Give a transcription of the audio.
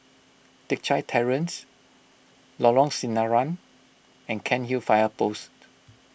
Teck Chye Terrace Lorong Sinaran and Cairnhill Fire Post